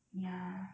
ya